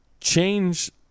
change